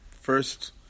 first